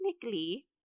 technically